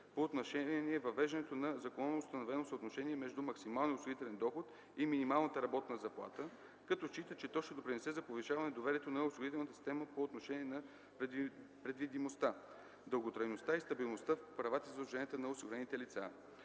по отношение въвеждането на законоустановено съотношение между максималния осигурителен доход и минималната работна заплата, като счита, че то ще допринесе за повишено доверие към осигурителната система по отношение на предвидимостта, дълготрайността и стабилността в правата и задълженията на осигурените лица.